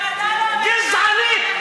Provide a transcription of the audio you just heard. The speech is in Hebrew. גזענית.